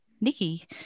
Nikki